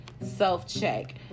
self-check